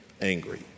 angry